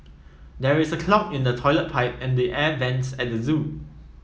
there is a clog in the toilet pipe and the air vents at the zoo